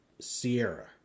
Sierra